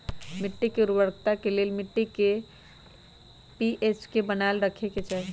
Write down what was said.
मिट्टी के उर्वरता के लेल मिट्टी के पी.एच के बनाएल रखे के चाहि